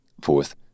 Fourth